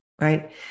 right